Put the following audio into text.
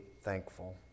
thankful